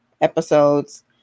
episodes